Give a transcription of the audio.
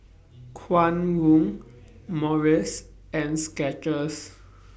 Kwan Loong Morries and Skechers